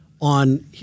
on